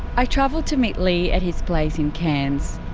i travelled to meet leigh at his place in cairns.